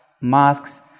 masks